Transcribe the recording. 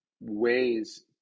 ways